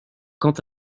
quant